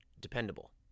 dependable